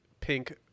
pink